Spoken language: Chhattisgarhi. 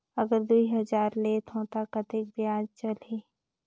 अगर दुई हजार लेत हो ता कतेक ब्याज चलही?